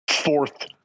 fourth